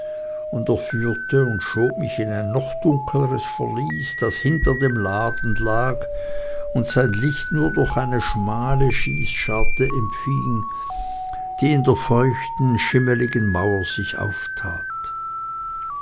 und er führte und schob mich in ein noch dunkleres verlies das hinter dem laden lag und sein licht nur durch eine schmale schießscharte empfing die in der feuchten schimmligen mauer sich auftat